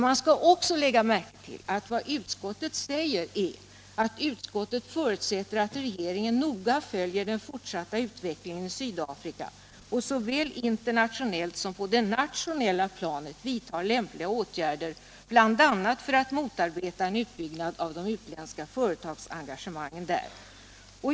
Man skall också lägga märke till att utskottet säger att utskottet förutsätter att regeringen noga följer den fortsatta utvecklingen i Sydafrika och såväl på det internationella som på det nationella planet vidtar lämpliga åtgärder, bl.a. för att motarbeta en utbyggnad av de utländska företagsengagemangen där.